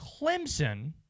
Clemson